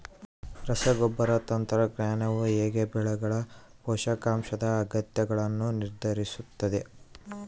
ರಸಗೊಬ್ಬರ ತಂತ್ರಜ್ಞಾನವು ಹೇಗೆ ಬೆಳೆಗಳ ಪೋಷಕಾಂಶದ ಅಗತ್ಯಗಳನ್ನು ನಿರ್ಧರಿಸುತ್ತದೆ?